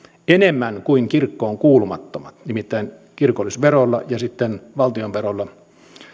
enemmän kuin kirkkoon kuulumattomat nimittäin kirkollisverolla ja sitten valtionverolla